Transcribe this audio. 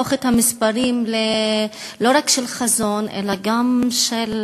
נהפוך את המספרים לא רק לחזון, אלא גם לערכים?